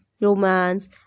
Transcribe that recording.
romance